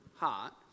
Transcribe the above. heart